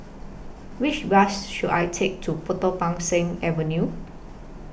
Which Bus should I Take to Potong Pasir Avenue